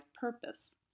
purpose